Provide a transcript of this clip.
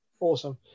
awesome